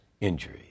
injury